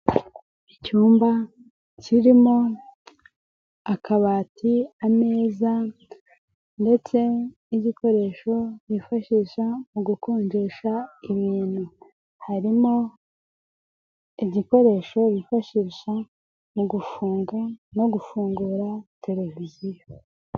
Icyumba kirimo: akabati, ameza ndetse n'igikoresho bifashisha mu gukondesha ibintu, harimo igikoresho bifashisha mu gufunga no gufungura televiziyo.